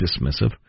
dismissive